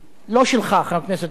לא שלך, חבר הכנסת רותם,